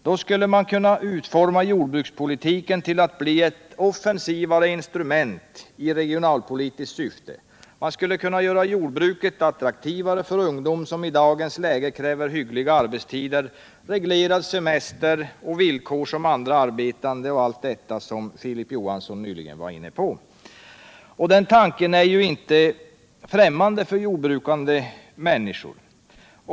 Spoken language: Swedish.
Då skulle man kunna utforma jordbrukspolitiken till att bli ett offensivare instrument i regionalpolitiskt syfte. Man skulle kunna göra jordbruket attraktivare för ungdom som i dagens läge kräver hyggliga arbetstider, reglerad semester och villkor som andra arbetande, och allt detta som Filip Johansson nyss var inne på. Och tanken är inte längre främmande för jordbrukande människor.